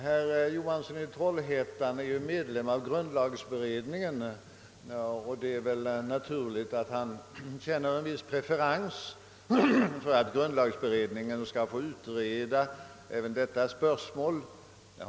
Herr Johansson i Trollhättan är ju ledamot i grundlagberedningen och det är väl naturligt att han föredrar att denna skall få utreda även detta spörsmål.